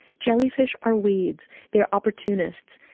jellyfish are weeds. they are opportunists,